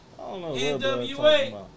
NWA